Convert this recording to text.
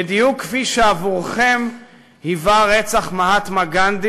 בדיוק כפי שעבורכם היווה רצח מהטמה גנדי